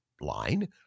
line